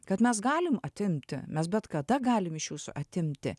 kad mes galim atimti mes bet kada galim iš jūsų atimti